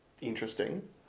interesting